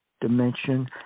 dimension